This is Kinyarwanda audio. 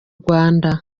rwanda